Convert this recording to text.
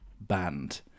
band